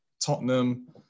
Tottenham